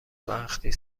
وقتی